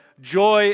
joy